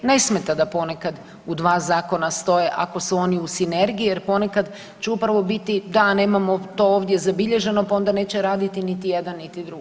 Ne smeta da ponekad u dva zakona stoje ako su oni u sinergiji jer ponekad će upravo biti, da, nemamo to ovdje zabilježeno, pa onda neće raditi niti jedan niti drugi.